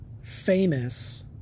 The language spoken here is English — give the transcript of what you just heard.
famous